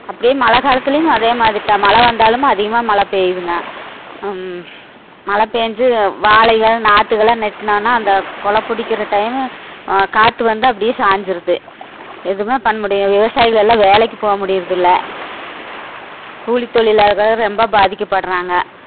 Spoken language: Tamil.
அப்படியே மழை காலத்துலேயும் அதே மாதிரி தான் மழை வந்தாலும் அதிகமாக மழை பெய்யுதுங்க மழை பெஞ்சு வாழைகள் நாற்றுகள்லாம் நட்டுனோன்னால் அந்த குலை பிடிக்கிற டைமு காற்று வந்து அப்படியே சாஞ்சுருது எதுவுமே பண்ண முடியும் விவசாயிகள் எல்லாம் வேலைக்கு முடிகிறது இல்லை கூலி தொழிலாளர்கள் ரொம்ப பாதிக்கப்படுறாங்க